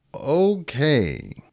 Okay